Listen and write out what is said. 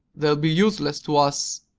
they'll be useless to us,